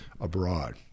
abroad